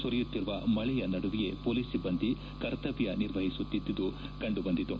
ಸುರಿಯುತ್ತಿರುವ ಮಳೆಯ ನಡುವೆಯೇ ಪೊಲೀಸ್ ಸಿಬ್ಬಂದಿ ಕರ್ತವ್ಯ ನಿರ್ವಹಿಸುತ್ತಿದ್ದುದು ಕಂಡುಬಂತು